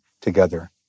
together